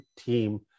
team